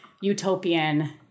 utopian